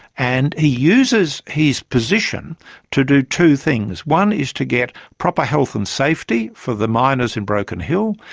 and he uses his position to do two things. one is to get proper health and safety for the miners in broken hill,